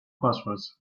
passwords